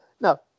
Now